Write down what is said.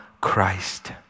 Christ